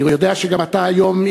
אני יודע שאתה גם היום,